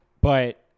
But-